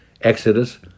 Exodus